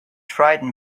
frightened